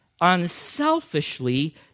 unselfishly